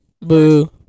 Boo